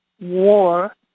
war